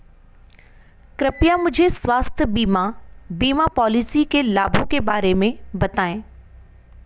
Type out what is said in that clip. कृपया मुझे स्वास्थ्य बीमा बीमा पॉलिसी के लाभों के बारे में बताएँ